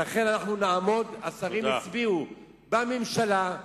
אז השרים הצביעו בממשלה,